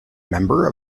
member